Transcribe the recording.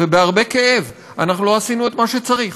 ובהרבה כאב: אנחנו לא עשינו את מה שצריך.